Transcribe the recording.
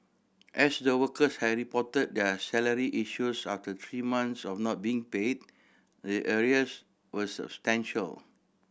as the workers had reported their salary issues after three months of not being paid the arrears were substantial